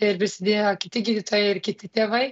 ir prisidėjo kiti gydytojai ir kiti tėvai